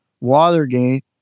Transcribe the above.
Watergate